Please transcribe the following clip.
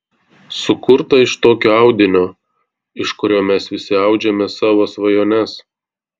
sukurta iš tokio audinio iš kurio mes visi audžiame savo svajones